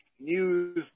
news